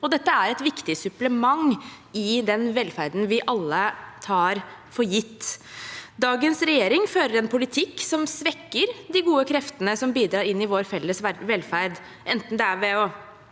dette er et viktig supplement i den velferden vi alle tar for gitt. Dagens regjering fører en politikk som svekker de gode kreftene som bidrar inn i vår felles velferd, enten det er ved å